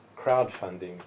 crowdfunding